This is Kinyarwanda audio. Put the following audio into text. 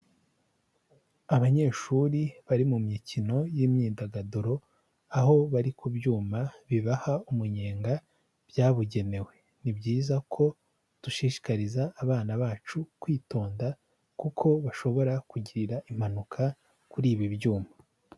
Abanyeshuri bari mu mikino y'imyidagaduro aho bari ku byuma bibaha umunyenga byabugenewe, ni byiza ko dushishikariza abana bacu kwitonda kuko bashobora kugirira impanuka kuri ibi byuma.